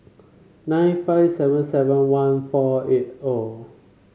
nine five seven seven one four eight O